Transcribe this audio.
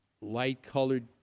light-colored